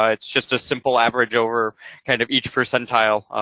ah it's just a simple average over kind of each percentile,